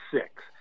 six